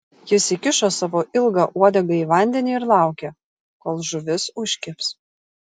jis įkišo savo ilgą uodegą į vandenį ir laukė kol žuvis užkibs